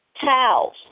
towels